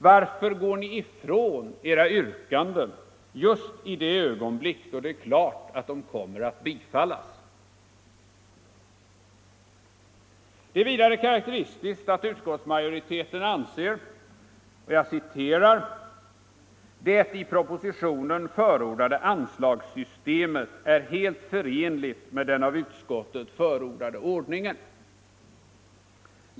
Varför går ni ifrån era yrkanden just i det ögonblick då det är klart att de kommer att bifallas? Det är vidare karakteristiskt att utskottsmajoriteten anser att ”det i propositionen förordade anslagssystemet är helt förenligt med den av utskottet förordade ordningen”.